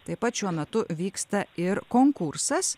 taip pat šiuo metu vyksta ir konkursas